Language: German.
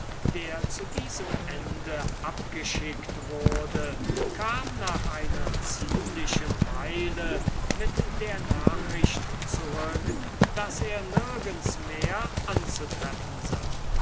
der zu diesem ende abgeschickt wurde kam nach einer ziemlichen weile mit der nachricht zurück daß er nirgends mehr anzutreffen sei